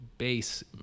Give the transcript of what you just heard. base